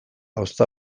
ozta